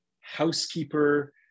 housekeeper